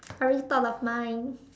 I already thought of mine